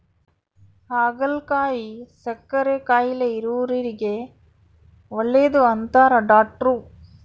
ಹಾಗಲಕಾಯಿ ಸಕ್ಕರೆ ಕಾಯಿಲೆ ಇರೊರಿಗೆ ಒಳ್ಳೆದು ಅಂತಾರ ಡಾಟ್ರು